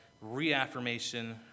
reaffirmation